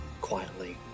quietly